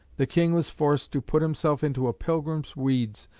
the king was forced to put himself into a pilgrim's weeds,